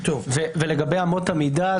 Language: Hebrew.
לגבי אמות המידה,